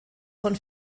von